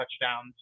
touchdowns